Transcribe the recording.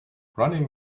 running